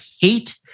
hate